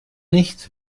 nicht